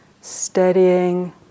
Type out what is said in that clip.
steadying